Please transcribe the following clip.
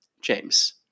James